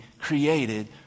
created